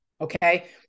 Okay